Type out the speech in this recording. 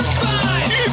five